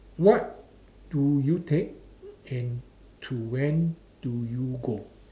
what do you take and to when do you go